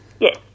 Yes